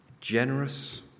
generous